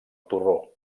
torró